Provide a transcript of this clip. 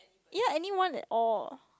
ya anyone at all